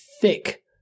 thick